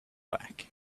back